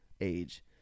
age